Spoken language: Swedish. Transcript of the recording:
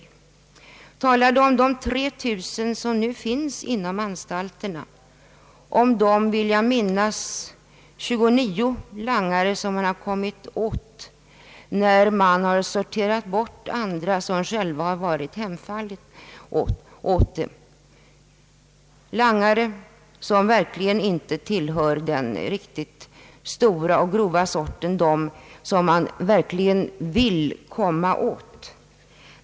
De talade om de 3 000 människor som nu finns inom anstalterna och om de, jag vill minnas, 29 langare som man kommit åt efter det att man sorterat bort andra som själva varit hemfallna åt narkotika. Det var langare som inte tillhör den riktigt grova sort som man verkligen vill komma åt.